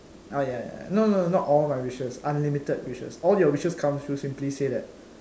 ah ya ya ya no no no not all my wishes unlimited wishes all your wishes come true simply say that